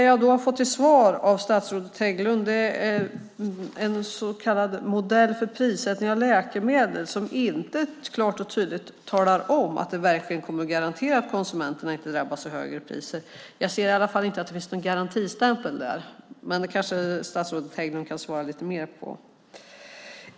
Jag har fått till svar från statsrådet Hägglund en modell för prissättning av läkemedel som inte klart och tydligt talar om att den verkligen kommer att garantera att konsumenterna inte drabbas av högre priser. Jag ser i alla fall inte att det finns en garantistämpel. Det kanske statsrådet Hägglund kan svara lite mer på.